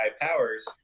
powers